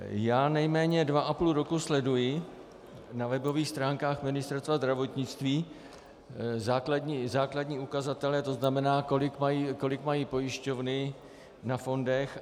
Já nejméně dva a půl roku sleduji na webových stránkách Ministerstva zdravotnictví základní ukazatele, tzn. kolik mají pojišťovny na fondech.